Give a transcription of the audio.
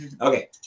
okay